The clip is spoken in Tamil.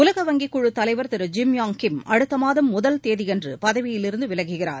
உலக வங்கி குழுத் தலைவா் திரு ஜிம் யாங் கிம் அடுத்த மாதம் முதல் தேதியன்று பதவியிலிருந்து விலகுகிறார்